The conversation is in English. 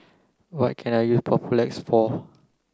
what can I use Papulex for